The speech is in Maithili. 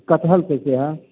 कठहल कैसे हइ